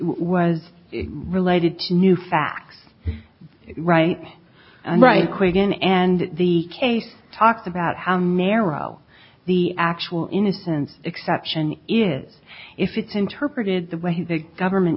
was related to new facts right and right quick in and the case talked about how narrow the actual innocence exception is if it's interpreted the way the government